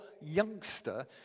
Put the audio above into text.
youngster